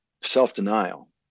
self-denial